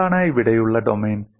എന്താണ് ഇവിടെയുള്ള ഡൊമെയ്ൻ